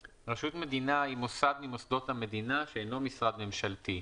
רשות המדינה היא מוסד ממוסדות המדינה שאינו משרד ממשלתי.